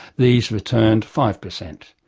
these returned five percent.